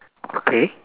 okay